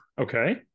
Okay